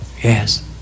Yes